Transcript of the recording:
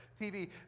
TV